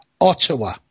Ottawa